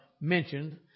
mentioned